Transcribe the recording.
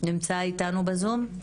האם הוא נמצא איתנו בזום?